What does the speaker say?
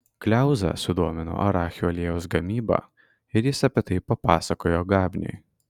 kliauzą sudomino arachių aliejaus gamyba ir jis apie tai papasakojo gabniui